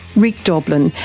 rick doblin,